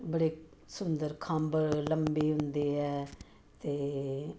ਬੜੇ ਸੁੰਦਰ ਖੰਭ ਲੰਬੇ ਹੁੰਦੇ ਹੈ ਅਤੇ